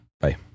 bye